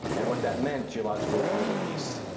and what that meant geologically, is moving east.